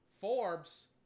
Forbes